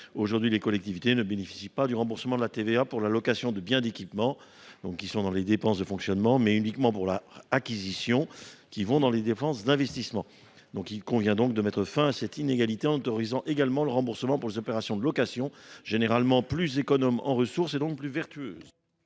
Aujourd’hui, les collectivités ne bénéficient pas du remboursement de la TVA pour la location de biens d’équipement, qui figure dans leur budget comme une dépense de fonctionnement, mais uniquement pour leur acquisition, qui relève des dépenses d’investissement. Il convient donc de mettre fin à cette inégalité en autorisant également le remboursement pour les opérations de location, généralement plus économes en ressources, donc plus vertueuses.